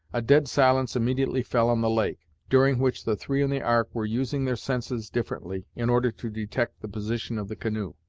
a dead silence immediately fell on the lake, during which the three in the ark were using their senses differently, in order to detect the position of the canoe.